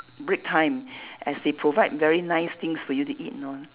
break time as they provide very nice things for you to eat you know